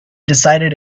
decided